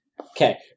okay